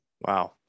wow